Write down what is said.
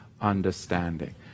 understanding